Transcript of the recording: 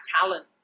talent